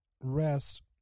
rest